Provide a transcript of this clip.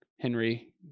Henry